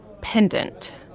pendant